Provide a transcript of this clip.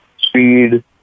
speed